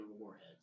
warheads